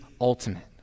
ultimate